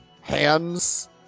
hands